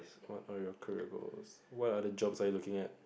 what are your career goals what are the jobs you are looking at